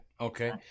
Okay